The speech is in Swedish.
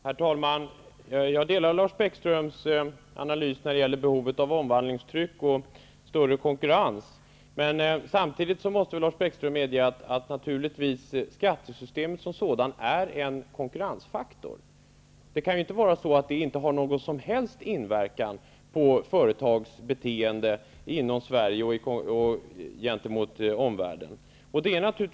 Herr talman! Jag delar Lars Bäckströms analys när det gäller behovet av omvandlingstryck och större konkurrens, men samtidigt måste väl Lars Bäckström medge att skattesystemet som sådant är en konkurrensfaktor. Det kan inte vara så att det inte har någon som helst inverkan på företags beteende inom Sverige och gentemot omvärlden.